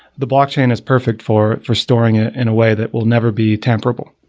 the blockchain is perfect for for storing it in a way that will never be temperable.